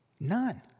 None